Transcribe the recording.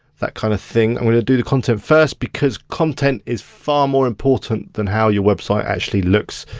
that kind of thing. i'm gonna do the content first, because content is far more important than how your website actually looks.